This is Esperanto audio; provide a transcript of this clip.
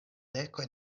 dekoj